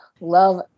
Love